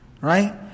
Right